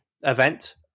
event